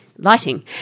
Lighting